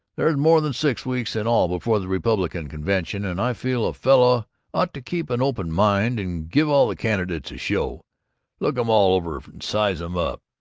there's more than six weeks in all before the republican convention, and i feel a fellow ought to keep an open mind and give all the candidates a show look em all over and size em up,